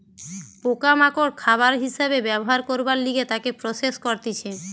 পোকা মাকড় খাবার হিসাবে ব্যবহার করবার লিগে তাকে প্রসেস করতিছে